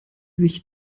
sich